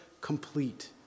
complete